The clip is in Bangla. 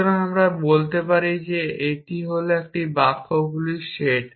সুতরাং আমি বলতে পারি যে এটি একটি বাক্যগুলির সেট